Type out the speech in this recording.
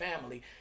family